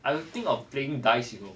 I would think of playing dice you know